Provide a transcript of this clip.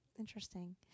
interesting